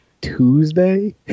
Tuesday